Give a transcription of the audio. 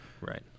right